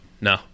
no